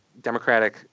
democratic